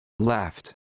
Left